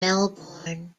melbourne